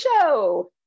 show